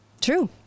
True